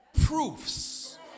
proofs